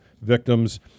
victims